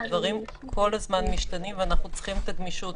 הדברים כל הזמן משתנים ואנחנו צריכים את הגמישות.